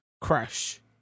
Crash